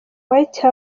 white